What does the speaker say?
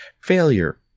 failure